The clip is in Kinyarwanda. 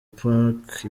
park